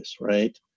Right